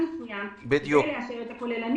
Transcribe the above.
מסוים כדי לאשר את התוכנית הכוללנית.